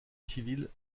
civile